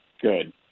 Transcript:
Good